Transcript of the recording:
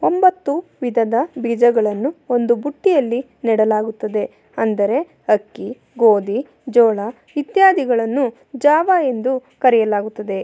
ಒಂಬತ್ತು ವಿಧದ ಬೀಜಗಳನ್ನು ಒಂದು ಬುಟ್ಟಿಯಲ್ಲಿ ನೆಡಲಾಗುತ್ತದೆ ಅಂದರೆ ಅಕ್ಕಿ ಗೋಧಿ ಜೋಳ ಇತ್ಯಾದಿಗಳನ್ನು ಜಾವಾ ಎಂದು ಕರೆಯಲಾಗುತ್ತದೆ